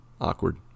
awkward